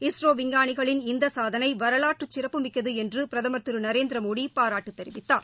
இஸ்ரோ விஞ்ஞானிகளின் இந்த சாதனை வரலாற்று சிறப்புமிக்கது என்று பிரதமர் திரு நரேந்திரமோடி பாராட்டு தெரிவித்தார்